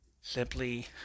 Simply